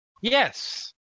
Yes